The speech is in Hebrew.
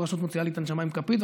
כל רשות מוציאה לי את הנשמה עם כפית,